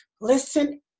listen